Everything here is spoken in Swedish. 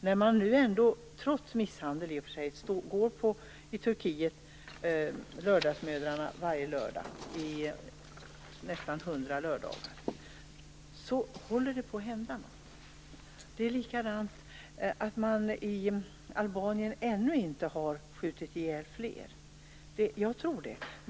I Turkiet har Lördagsmödrarna trots misshandel gått ut varje lördag i nästan 100 lördagar. Det håller alltså på att hända någonting. Det är likadant i Albanien, där man ännu inte har skjutit ihjäl många.